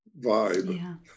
vibe